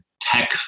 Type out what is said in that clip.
tech